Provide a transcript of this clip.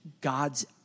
God's